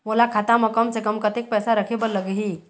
मोला खाता म कम से कम कतेक पैसा रखे बर लगही?